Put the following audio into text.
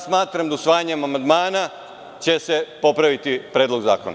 Smatram da usvajanjem amandmana će se popraviti Predlog zakona.